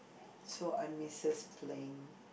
so I misses playing